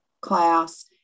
class